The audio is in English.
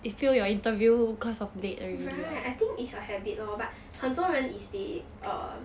right I think is a habit lor but 很多人 is they err